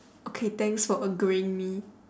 okay thanks for agreeing me